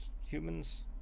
humans